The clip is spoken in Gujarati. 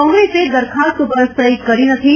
કોંગ્રેસે દરખાસ્ત પર સહી કરી નખી